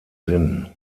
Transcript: sinn